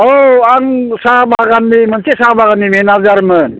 औ आं साहा बागाननि मोनसे साहा बागाननि मेनाजारमोन